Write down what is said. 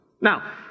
Now